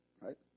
Right